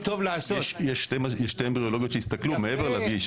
יש שתי אמבריולוגיות שמסתכלות מעבר לדיש הזה.